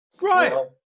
Right